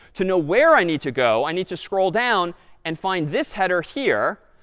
to know where i need to go, i need to scroll down and find this header here.